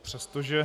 Přestože...